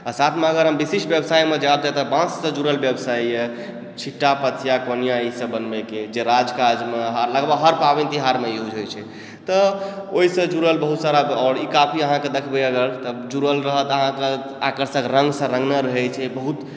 आओर साथमे अगर हम विशिष्ट व्यवसायमे जाउ तऽ एतय बाँससँ जुड़ल व्यवसाय यऽ छिट्टा पथिया कोनिया ई सब बनबैके जे राज काजमे लगभग हर पाबनि तिहारमे यूज होइत छै तऽ ओहिसँ जुड़ल बहुत सारा आओर ई काफी अहाँकेँ देखबै अगर जुड़ल रहत अहाँके आकर्षक रङ्गसँ रङ्गने रहै छै बहुत